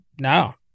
no